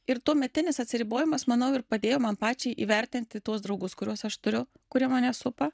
ir tuometinis atsiribojimas manau ir padėjo man pačiai įvertinti tuos draugus kuriuos aš turiu kurie mane supa